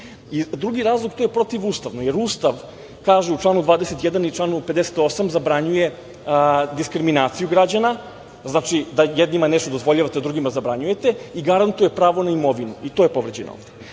razlog, to je protivustavno jer Ustav kaže u članu 21. i članu 58, zabranjuje diskriminaciju građana, znači, da jednima nešto dozvoljavate a drugima zabranjujete i garantuje pravo na imovinu i to je povređeno ovde.I